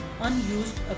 unused